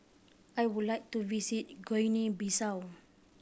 I would like to visit Guinea Bissau